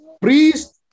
Priest